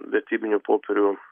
vertybinių popierių